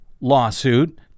lawsuit